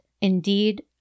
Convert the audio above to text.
indeed